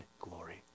glory